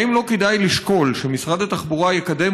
האם לא כדאי לשקול שמשרד התחבורה יקדם